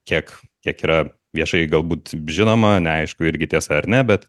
kiek kiek yra viešai galbūt žinoma neaišku irgi tiesa ar ne bet